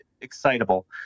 excitable